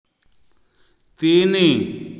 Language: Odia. ତିନି